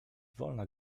wolna